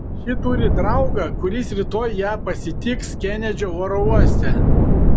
ši turi draugą kuris rytoj ją pasitiks kenedžio oro uoste